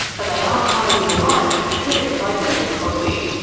but they are part of the alliance headed by david crosbie.